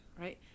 right